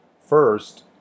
First